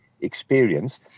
experience